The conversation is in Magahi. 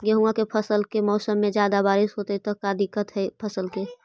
गेहुआ के फसल के मौसम में ज्यादा बारिश होतई त का दिक्कत हैं फसल के?